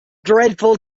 dreadful